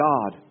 God